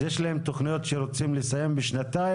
אז יש להם תכניות שהם רוצים לסיים בשנתיים,